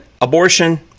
abortion